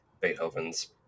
beethoven's